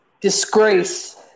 Disgrace